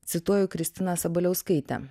cituoju kristiną sabaliauskaitę